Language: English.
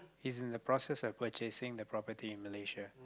he's in the process of purchasing the property in Malaysia